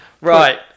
Right